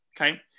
okay